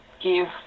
give